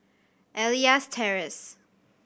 Elias Terrace